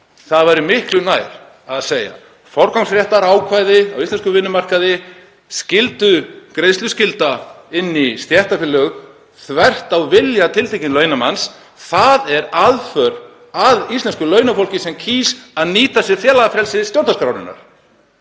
Það væri miklu nær að segja að forgangsréttarákvæði á íslenskum vinnumarkaði og greiðsluskylda inn í stéttarfélög, þvert á vilja tiltekins launamanns, sé aðför að íslensku launafólki sem kýs að nýta sér félagafrelsi stjórnarskrárinnar.